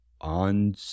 on